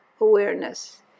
awareness